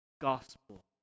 gospel